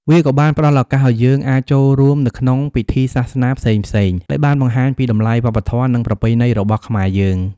វាក៏បានផ្តល់ឱកាសឱ្យយើងអាចចូលរួមនៅក្នុងពិធីសាសនាផ្សេងៗ ដែលបានបង្ហាញពីតម្លៃវប្បធម៌និងប្រពៃណីរបស់ខ្មែរយើង។